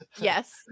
Yes